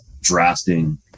drafting